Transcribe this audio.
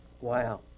Wow